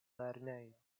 lernejo